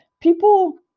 people